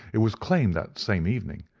it was claimed that same evening,